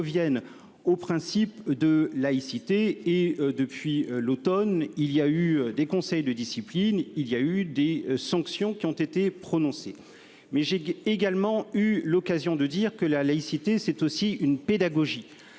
au principe de laïcité et depuis l'Automne il y a eu des conseils de discipline, il y a eu des sanctions qui ont été prononcées. Mais j'ai également eu l'occasion de dire que la laïcité, c'est aussi une pédagogie